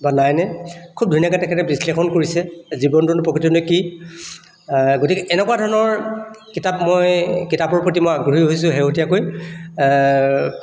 বা নাইনে খুব ধুনীয়াকৈ তেখেতে বিশ্লেষণ কৰিছে জীৱনটোনো প্ৰকৃততে কি গতিকে এনেকুৱা ধৰণৰ কিতাপ মই কিতাপৰ প্ৰতি মই আগ্ৰহী হৈছোঁ শেহতীয়াকৈ